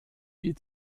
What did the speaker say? die